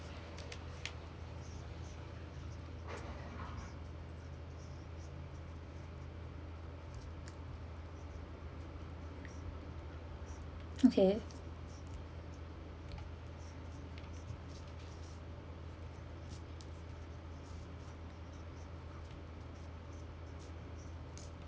okay